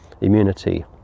immunity